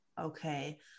Okay